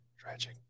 Tragic